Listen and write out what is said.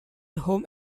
home